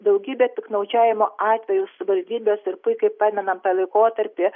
daugybė piktnaudžiavimo atvejų savivaldybės ir puikiai pamenam tą laikotarpį